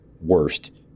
worst